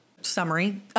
summary